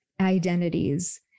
identities